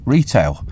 Retail